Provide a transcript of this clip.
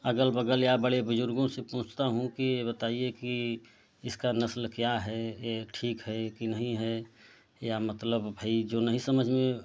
अगल बगल या बड़े बुज़ुर्गों से पूछता हूँ कि यह बताए कि इसका नस्ल क्या है के यह ठीक है कि नहीं हैं या मतलब भाई जो नहीं समझ में